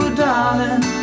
darling